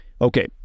Okay